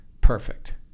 perfect